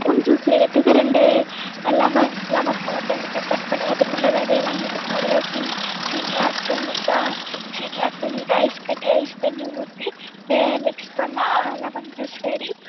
lemon juice செய்யறதுக்கு ரெண்டு lemon lemon பழத்தை எடுத்து கட் பண்ணி அதில் உள்ள விதை எல்லாம் எடுத்து அதில் சீனி சீனி ஆட் பண்ணி சீனி ஆட் பண்ணிட்டு ஐஸ் கட்டி ஐஸ் தண்ணி ஊற்றி மிக்ஸ் பண்ணால் லெமன் ஜூஸ்